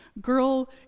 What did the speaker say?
Girl